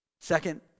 Second